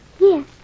Yes